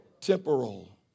temporal